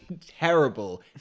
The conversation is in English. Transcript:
terrible